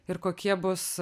ir kokie bus